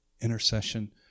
intercession